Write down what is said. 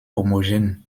homogène